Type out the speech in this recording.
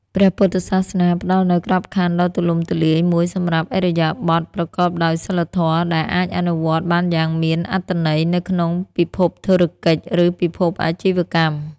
ព្រះពុទ្ធសាសនាផ្តល់នូវក្របខណ្ឌដ៏ទូលំទូលាយមួយសម្រាប់ឥរិយាបទប្រកបដោយសីលធម៌ ដែលអាចអនុវត្តបានយ៉ាងមានអត្ថន័យនៅក្នុងពិភពធុរកិច្ច ឬពិភពអាជីវកម្ម។